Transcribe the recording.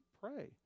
pray